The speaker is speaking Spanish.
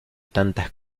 tantas